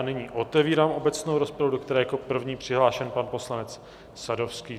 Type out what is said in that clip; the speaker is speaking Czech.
Nyní otevírám obecnou rozpravu, do které je jako první přihlášen pan poslanec Sadovský.